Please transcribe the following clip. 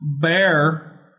Bear